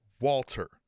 Walter